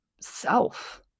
self